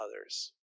others